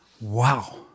Wow